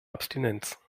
abstinenz